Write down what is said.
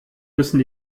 müssen